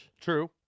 True